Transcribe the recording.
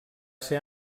ser